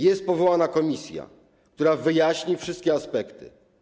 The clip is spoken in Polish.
Jest powołana komisja, która wyjaśni wszystkie aspekty.